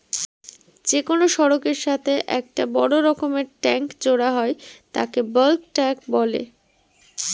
যে কোনো সড়কের সাথে একটা বড় রকমের ট্যাংক জোড়া হয় তাকে বালক ট্যাঁক বলে